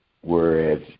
whereas